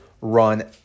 run